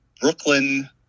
brooklyn